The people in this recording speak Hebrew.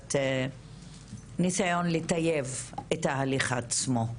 עבודת ניסיון לטייב את ההליך עצמו,